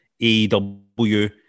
AEW